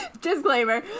disclaimer